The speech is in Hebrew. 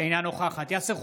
אינה נוכחת יאסר חוג'יראת,